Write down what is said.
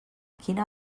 quina